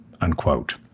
unquote